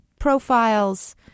profiles